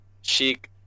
chic